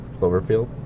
Cloverfield